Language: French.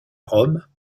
rome